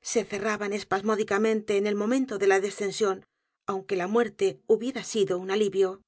se cerraban espasmódicamente en el momento de la descensión aunque la muerte hubiera sido un alivio